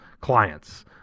clients